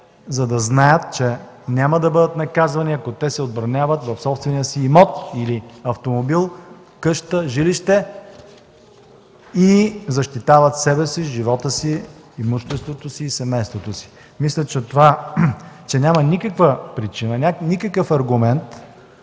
за да знаят, че няма да бъдат наказвани, ако те се отбраняват в собствения си имот или автомобил, къща, жилище и защитават себе си, живота си, имуществото си и семейството си. Мисля, че няма никаква причина, никакъв аргумент